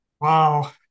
wow